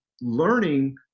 learning